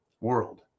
world